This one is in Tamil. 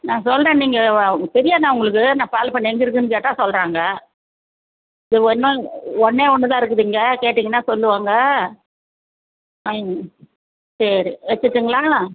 நான் சொல்கிறேன் நீங்கள் தெரியாதா உங்களுக்கு இந்த பால் பண்ணை எங்கே இருக்குதுன்னு கேட்டால் சொல்கிறாங்க இது ஒன்றே ஒன்றே ஒன்று தான் இருக்குது இங்கே கேட்டிங்கன்னால் சொல்லுவாங்க வாங் சரி வெச்சுர்ட்டுங்களா